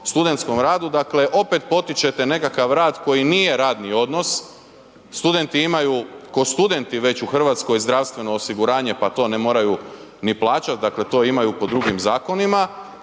studentskom radu, dakle opet potičete nekakav rad koji nije radni donos, studenti imaju kao studenti već u Hrvatskoj zdravstveno osiguranje pa to ne moraju ni plaćat, dakle to imaju po drugim zakonima